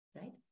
right